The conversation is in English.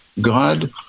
God